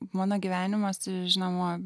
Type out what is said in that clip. mano gyvenimas žinoma